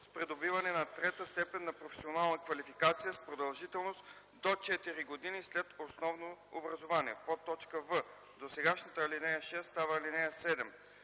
с придобиване на трета степен на професионална квалификация с продължителност до четири години след основно образование.”; в) досегашната ал. 6 става ал. 7.